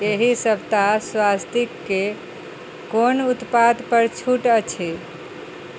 एहि सप्ताह स्वास्तिकके कोन उत्पादपर छूट अछि